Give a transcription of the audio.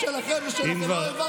שלכם, שלכם, לא העברתם אותו.